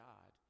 God